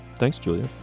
thanks julia.